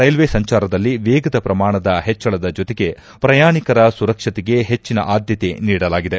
railway ಸಂಚಾರದಲ್ಲಿ ವೇಗದ ಪ್ರಮಾಣದ ಹೆಚ್ಚಳದ ಜೊತೆಗೆ ಪ್ರಯಾಣಿಕರ ಸುರಕ್ಷಿತೆಗೆ ಹೆಚ್ಚಿನ ಆದ್ಯತೆ ನೀಡಲಾಗಿದೆ